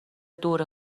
دور